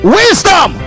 wisdom